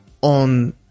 on